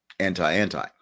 anti-anti